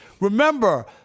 Remember –